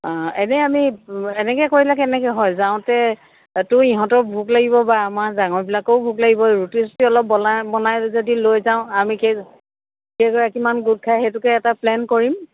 অঁ এনেই আমি এনেকৈ কৰিলে কেনেকৈ হয় যাওঁতে টো ইহঁতৰ ভোক লাগিব বা আমাৰ ডাঙৰবিলাকও ভোক লাগিব ৰুটি চুটি অলপ বলাই বনাই যদি লৈ যাওঁ আমি কেইজ কেইগৰাকীমান গোট খাই সেইটোকে এটা প্লেন কৰিম